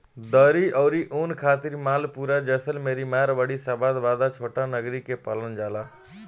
दरी अउरी ऊन खातिर मालपुरा, जैसलमेरी, मारवाड़ी, शाबाबाद, छोटानगरी के पालल जाला